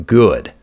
good